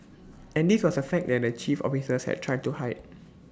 and this was A fact that the chief officers had tried to hide